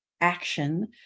action